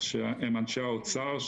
הם אנשי האוצר,